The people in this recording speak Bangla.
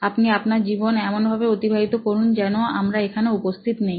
আপনি আপনার জীবন এমন ভাবে অতিবাহিত করুন যেন আমরা এখানে উপস্থিত নেই